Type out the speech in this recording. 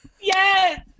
Yes